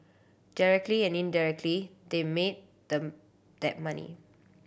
directly and indirectly they made the that money